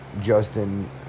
justin